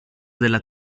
della